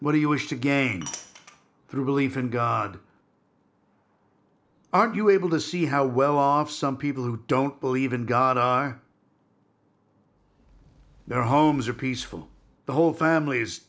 what do you wish to gain through belief in god are you able to see how well off some people who don't believe in god are their homes are peaceful the whole family